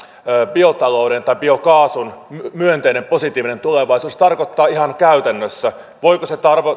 biokaasun myönteinen positiivinen tulevaisuus tarkoittaa ihan käytännössä voiko se